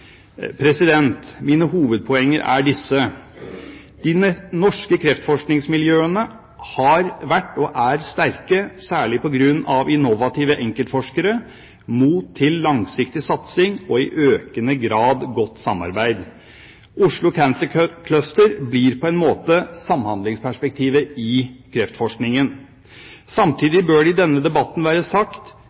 Mine hovedpoenger er disse: De norske kreftforskningsmiljøene har vært og er sterke særlig på grunn av innovative enkeltforskere, mot til langsiktig satsing og, i økende grad, godt samarbeid. Oslo Cancer Cluster blir på en måte samhandlingsperspektivet i kreftforskningen. Samtidig bør det i denne debatten være sagt: